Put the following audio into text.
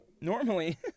normally